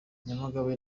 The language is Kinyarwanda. nyamagabe